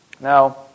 Now